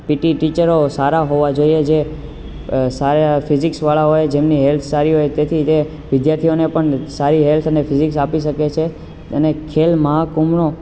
PT ટીચરો સારા હોવા જોઈએ જે સારા ફિજિક્સ વાળા હોય જેમની હેલ્થ સારી હોય તેથી તે વિદ્યાર્થીઓને પણ સારી હેલ્થ અને ફિજિક્સ આપી શકે છે અને ખેલ મહાકુંભનો